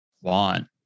want